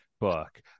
book